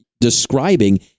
describing